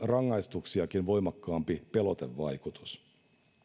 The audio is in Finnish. varmasti rangaistuksiakin voimakkaampi pelotevaikutus